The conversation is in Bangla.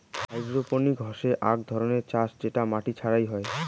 হাইড্রোপনিক্স হসে আক ধরণের চাষ যেটা মাটি ছাড়া হই